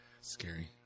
Scary